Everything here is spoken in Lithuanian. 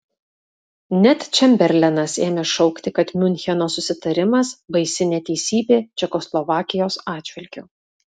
net čemberlenas ėmė šaukti kad miuncheno susitarimas baisi neteisybė čekoslovakijos atžvilgiu